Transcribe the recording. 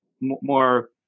more